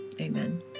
Amen